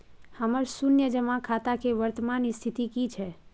हमर शुन्य जमा खाता के वर्तमान स्थिति की छै?